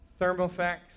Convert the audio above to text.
Thermofax